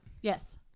Yes